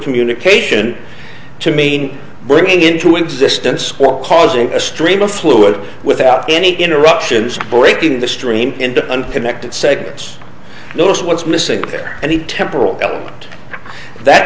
communication to mean bringing into existence or causing a stream of fluid without any interruptions breaking the stream into unconnected segments notice what's missing there and he temporal element that